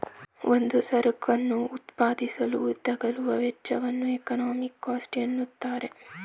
ಒಂದು ಸರಕನ್ನು ಉತ್ಪಾದಿಸಲು ತಗಲುವ ವೆಚ್ಚವನ್ನು ಎಕಾನಮಿಕ್ ಕಾಸ್ಟ್ ಎನ್ನುತ್ತಾರೆ